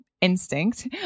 instinct